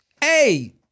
Hey